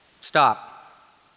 Stop